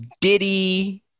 Diddy